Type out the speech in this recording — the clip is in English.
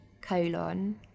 colon